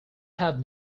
have